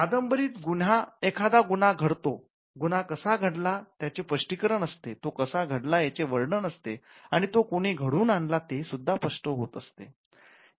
कादंबरीत एखादा गुन्हा घडतो गुन्हा कसा घडला त्याचे स्पष्टीकरण असते तो कसा घडला याचे वर्णन असते आणि तो कोणी घडवून आणला ते सुद्धा स्पष्ट होत असते